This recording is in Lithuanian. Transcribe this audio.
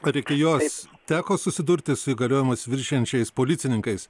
ar iki jos teko susidurti su įgaliojimus viršijančiais policininkais